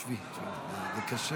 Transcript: --- הוא לא רצה